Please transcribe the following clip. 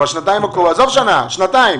תיקח שנתיים,